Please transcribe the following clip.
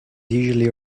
usually